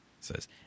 says